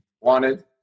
wanted